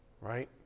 right